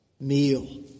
meal